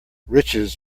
riches